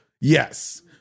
Yes